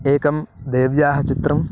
एकं देव्याः चित्रम्